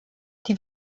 die